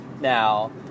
now